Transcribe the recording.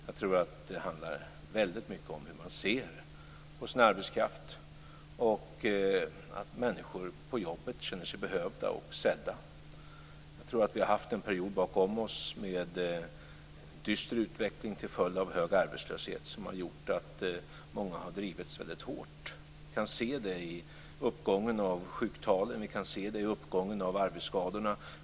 Jag tror att det handlar väldigt mycket om hur man ser på sin arbetskraft, att människor på jobbet känner sig behövda och sedda. Vi har en period bakom oss med en dyster utveckling, till följd av hög arbetslöshet, som gjort att många har drivits väldigt hårt. Vi kan se det i uppgången av sjuktalen. Vi kan se det i uppgången av arbetsskadorna.